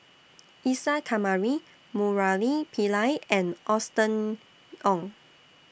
Isa Kamari Murali Pillai and Austen Ong